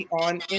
on